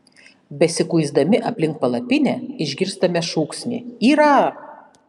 besikuisdami aplink palapinę išgirstame šūksnį yra